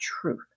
truth